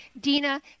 Dina